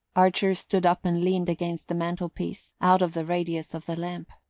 archer stood up and leaned against the mantelpiece, out of the radius of the lamp.